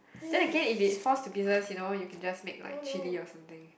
then again if it falls to pieces you know you can just make like chilli or something